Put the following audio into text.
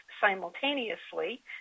simultaneously